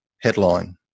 headline